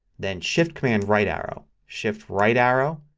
then shift command right arrow. shift right arrow.